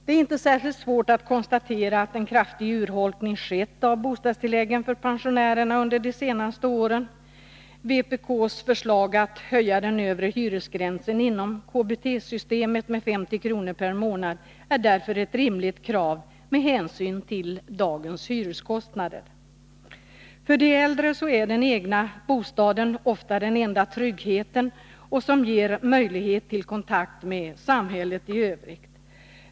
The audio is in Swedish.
Det är inte särskilt svårt att konstatera att en kraftig urholkning av bostadstilläggen för pensionärerna skett under de senaste åren. Vpk:s förslag att man skall höja den övre hyresgränsen inom KBT-systemet med 50 kr. per månad är därför ett rimligt krav med hänsyn till dagens hyreskostnader. För de äldre är den egna bostaden ofta den enda tryggheten och det i tillvaron som ger möjlighet till kontakt med samhället i övrigt.